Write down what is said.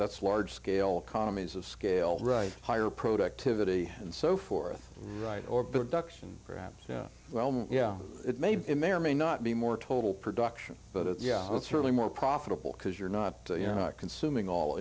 that's large scale commies of scale right higher productivity and so forth right or build ducks and perhaps yeah yeah it maybe it may or may not be more total production but it's certainly more profitable because you're not you're not consuming all